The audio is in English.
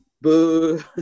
Boo